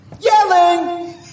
Yelling